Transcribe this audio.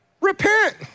Repent